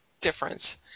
difference